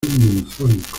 monzónico